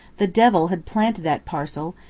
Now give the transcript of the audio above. the devil had planted that parcel,